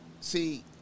see